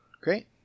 great